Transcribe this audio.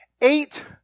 eight